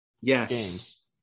yes